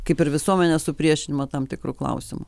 kaip ir visuomenės supriešinimo tam tikru klausimu